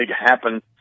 happen